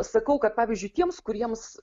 sakau kad pavyzdžiui tiems kuriems